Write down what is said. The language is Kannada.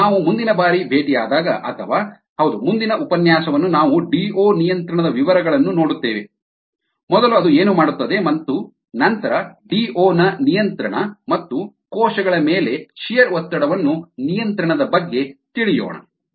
ಮತ್ತು ನಾವು ಮುಂದಿನ ಬಾರಿ ಭೇಟಿಯಾದಾಗ ಅಥವಾ ಹೌದು ಮುಂದಿನ ಉಪನ್ಯಾಸವನ್ನು ನಾವು DO ನಿಯಂತ್ರಣದ ವಿವರಗಳನ್ನು ನೋಡುತ್ತೇವೆ ಮೊದಲು ಅದು ಏನು ಮಾಡುತ್ತದೆ ಮತ್ತು ನಂತರ DO ನ ನಿಯಂತ್ರಣ ಮತ್ತು ಕೋಶಗಳ ಮೇಲೆ ಶಿಯೆರ್ ಒತ್ತಡವನ್ನು ನಿಯಂತ್ರಣದ ಬಗ್ಗೆ ತಿಳಿಯೋಣ